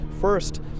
first